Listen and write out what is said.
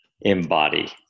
embody